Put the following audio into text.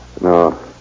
No